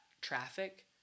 traffic